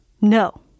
No